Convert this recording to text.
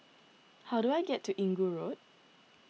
how do I get to Inggu Road